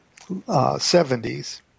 70s